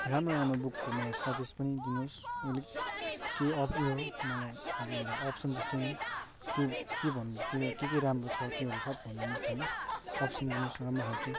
राम्रो राम्रो बुकको मलाई सजेस्ट पनि दिनुहोस् अलिक के अफ उयो मलाई अब एउटा अप्सन जस्तै नै के के भन्नु त्यो के के राम्रो छ त्योहरू सब भन्दिनोस् हैन अप्सन दिनोस् राम्रो खाल्के